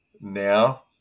Now